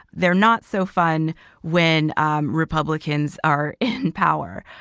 they're not so fun when republicans are in power.